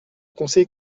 conseil